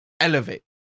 elevate